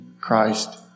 Christ